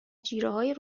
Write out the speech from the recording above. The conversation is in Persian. جیرههای